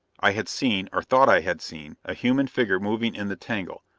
i had seen, or thought i had seen, a human figure moving in the tangle,